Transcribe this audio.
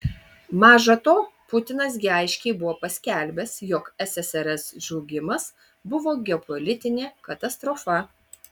maža to putinas gi aiškiai buvo paskelbęs jog ssrs žlugimas buvo geopolitinė katastrofa